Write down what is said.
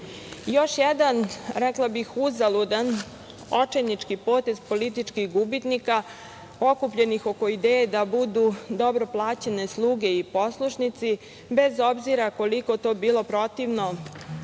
jedan, rekla bih, uzaludan, očajnički potez političkih gubitnika okupljenih oko ideje da budu dobro plaćene sluge i poslušnici bez obzira koliko to bilo protivno